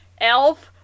Elf